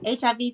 hiv